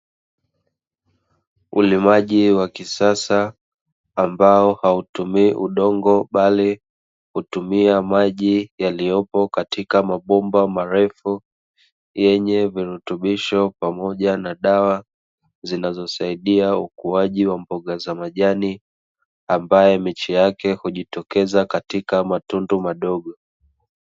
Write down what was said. Ulimaji wa kisasa ambao hautumii udongo bali hutumia maji yaliyopo katika mabomba marefu, yenye virutubisho pamoja na dawa zinazosaidia ukuaji wa mboga za majani, ambaye miche yake hujitokeza katika matundu madogo.